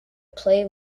play